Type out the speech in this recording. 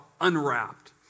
unwrapped